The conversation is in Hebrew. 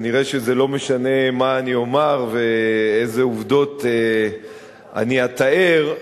כנראה לא משנה מה אני אומר ואיזה עובדות אני אתאר,